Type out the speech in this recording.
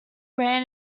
ran